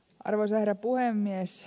arvoisa herra puhemies